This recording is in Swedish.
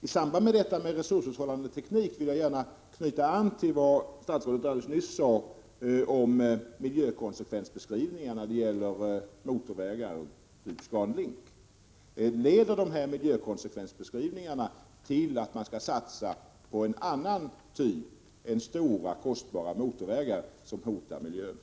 I samband med frågan om resurshushållande teknik vill jag gärna knyta an till vad statsrådet sade om miljökonsekvensbeskrivningar när det gäller motorvägar, t.ex. ScanLink. Leder dessa miljökonsekvensbeskrivningar till satsningar på en annan typ av vägar än de stora och kostbara motorvägar som hotar miljön?